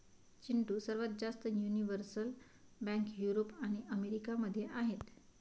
चिंटू, सर्वात जास्त universal bank Europe आणि अमेरिका मध्ये आहेत